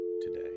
today